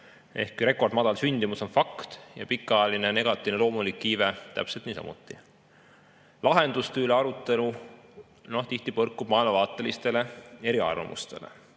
Rekordmadal sündimus on fakt ja pikaajaline negatiivne loomulik iive täpselt niisamuti. Lahenduste üle arutelus tihti põrkuvad maailmavaatelised eriarvamused.